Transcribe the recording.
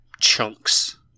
chunks